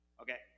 Okay